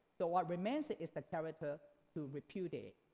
so what remains is the character who repudiated.